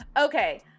Okay